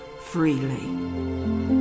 freely